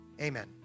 Amen